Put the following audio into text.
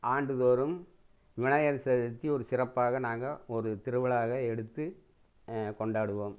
ஆண்டுதோறும் விநாயகர் சதுர்த்தி ஒரு சிறப்பாக நாங்கள் ஒரு திருவிழாவாக எடுத்து கொண்டாடுவோம்